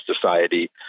society